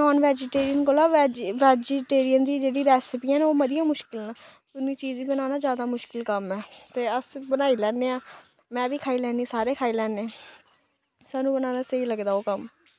नान vegetarian कोला veg vegetarian दी जेह्ड़ी रैसपियां न ओह् मतियां मुश्कल न उंदी चीज गी बनाना जैदा मुश्कल कम्म ऐ ते अस बनाई लैन्ने आं में बी खाई लैन्नी सारे खाई लैन्ने सानूं बनाना स्हेई लगदा एह् कम्म